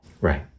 Right